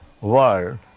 world